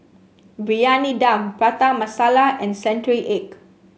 Briyani Dum Prata Masala and Century Egg